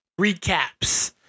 recaps